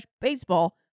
baseball